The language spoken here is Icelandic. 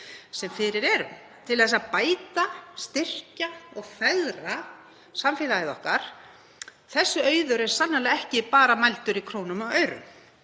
sem fyrir eru til að bæta, styrkja og fegra samfélagið okkar, verður sannarlega ekki bara mældur í krónum og aurum.